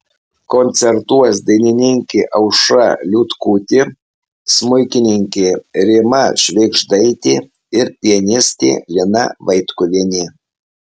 koncertuos dainininkė aušra liutkutė smuikininkė rima švėgždaitė ir pianistė lina vaitkuvienė